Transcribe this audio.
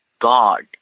God